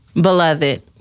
Beloved